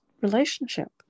relationship